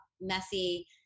messy